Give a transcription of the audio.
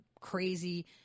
crazy